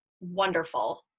wonderful